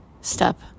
step